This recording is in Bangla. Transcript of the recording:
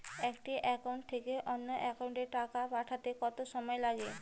একটি একাউন্ট থেকে অন্য একাউন্টে টাকা পাঠাতে কত সময় লাগে?